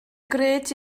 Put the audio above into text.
gred